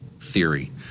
theory